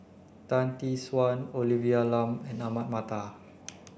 Tan Tee Suan Olivia Lum Ahmad Mattar